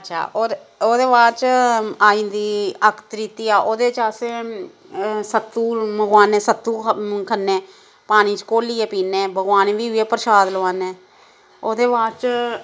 अच्छा होर ओह्दे बाद च आई जंदी अकत्रितिया ओह्दे च असें सत्तू मगोआने सत्तू खन्ने पानी च घोलियै पीने भगवान गी बी उ'ऐ परशाद लोआने ओह्दे बाद च